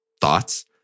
thoughts